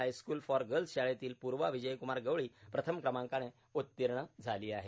high school for girls शाळेतील पुर्वा विजयकुमार गवळी प्रथम क्रमांकाने उत्तीर्ण झाली आहे